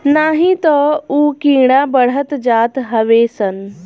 नाही तअ उ कीड़ा बढ़त जात हवे सन